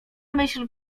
myśl